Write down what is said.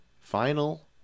final